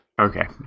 Okay